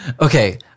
Okay